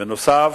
בנוסף,